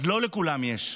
אז לא לכולם יש.